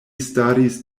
staris